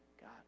God